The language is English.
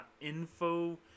.info